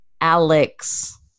Alex